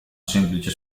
semplice